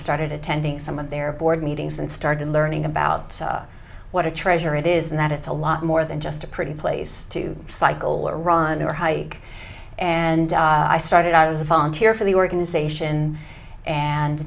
started attending some of their board meetings and started learning about what a treasure it is and that it's a lot more than just a pretty place to cycle or ron or hike and i started out as a volunteer for the organization and